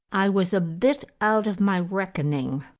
i was a bit out of my reckoning,